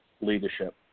leadership